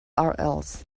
urls